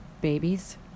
babies